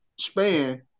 span